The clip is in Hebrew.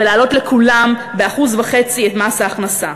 ולהעלות לכולם ב-1.5% את מס ההכנסה,